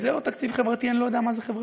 אם זה לא תקציב חברתי, אני לא יודע מה זה חברתי.